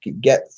get